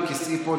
על כיסאי פה,